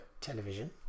television